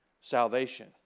Salvation